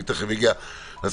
אני תיכף אגיע לסיכום,